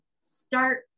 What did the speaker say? start